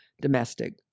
domestic